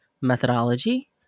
methodology